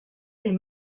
des